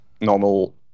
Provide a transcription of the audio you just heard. normal